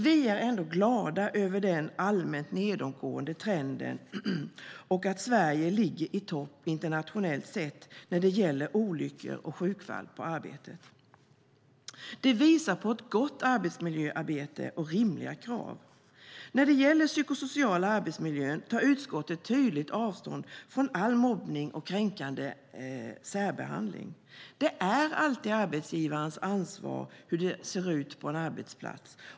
Vi är ändå glada över den allmänt nedåtgående trenden och att Sverige ligger i topp internationellt sett när det gäller olyckor och sjukfall på arbetet. Det visar på ett gott arbetsmiljöarbete och rimliga krav. När det gäller den psykosociala arbetsmiljön tar utskottet tydligt avstånd från all mobbning och kränkande särbehandling. Det är alltid arbetsgivarens ansvar hur det ser ut på en arbetsplats.